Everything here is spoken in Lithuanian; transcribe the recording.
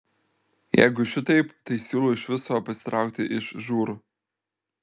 jeigu šitaip tai siūlau iš viso pasitraukti iš žūr